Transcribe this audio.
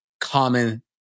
common